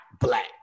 black